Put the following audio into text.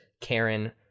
Karen